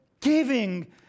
giving